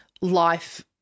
life